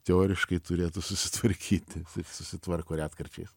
teoriškai turėtų susitvarkyti susitvarko retkarčiais